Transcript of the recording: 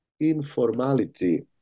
informality